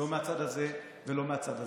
לא מהצד הזה ולא מהצד הזה.